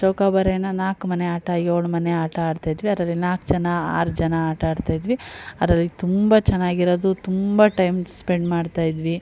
ಚೌಕಾಬಾರ ನಾಲ್ಕು ಮನೆ ಆಟ ಏಳು ಮನೆ ಆಟ ಆಡ್ತಾಯಿದ್ವಿ ಅದರಲ್ಲಿ ನಾಲ್ಕು ಜನ ಆರು ಜನ ಆಟ ಆಡ್ತಾಯಿದ್ವಿ ಅದರಲ್ಲಿ ತುಂಬ ಚೆನ್ನಾಗಿರೋದು ತುಂಬ ಟೈಮ್ ಸ್ಪೆಂಡ್ ಮಾಡ್ತಾ ಇದ್ವಿ